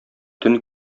төн